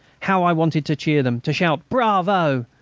how i wanted to cheer them, to shout bravo!